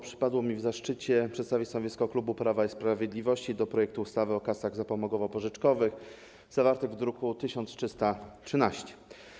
Przypadł mi zaszczyt przedstawienia stanowiska klubu Prawa i Sprawiedliwości wobec projektu ustawy o kasach zapomogowo-pożyczkowych zawarte w druku nr 1313.